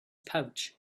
pouch